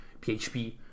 php